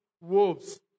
wolves